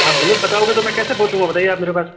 आप गलत बताओगे तो मैं कैसे पहुँचूँगा बताइये आप मेरे पास